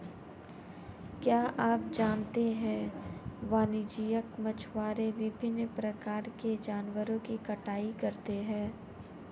क्या आप जानते है वाणिज्यिक मछुआरे विभिन्न प्रकार के जानवरों की कटाई करते हैं?